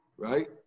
Right